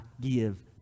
give